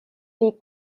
les